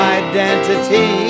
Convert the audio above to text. identity